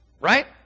Right